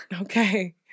Okay